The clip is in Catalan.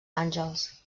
àngels